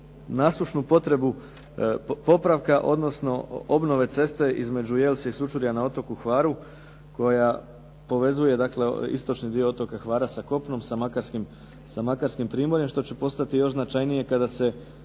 nasušnu potrebu popravka, odnosno obnove ceste između Jelse i Sučuraja na otoku Hvaru koja povezuje, dakle istočni dio otoka Hvara sa kopnom, sa makarskim primorjem što će postati još značajnije kada se